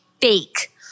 fake